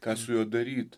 ką su juo daryt